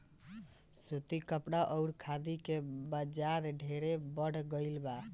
सूती कपड़ा अउरी खादी के बाजार ढेरे बढ़ गईल बा